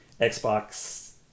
Xbox